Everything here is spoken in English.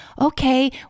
okay